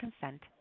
consent